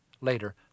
Later